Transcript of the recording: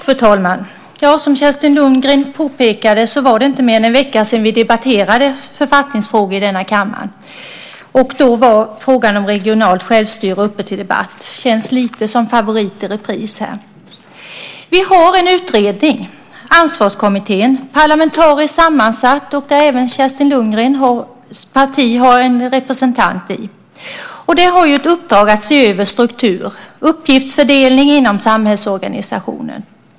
Fru talman! Som Kerstin Lundgren påpekade var det inte mer än en vecka sedan vi debatterade författningsfrågor i denna kammare. Då var frågan om regionalt självstyre uppe till debatt. Det känns lite som favorit i repris här. Vi har en utredning, Ansvarskommittén, som är parlamentariskt sammansatt, och där har även Kerstin Lundgrens parti en representant. Den har i uppdrag att se över struktur och uppgiftsfördelning inom samhällsorganisationen.